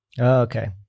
Okay